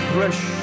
Fresh